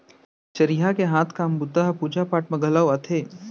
चरिहा के हाथ काम बूता ह पूजा पाठ म घलौ आथे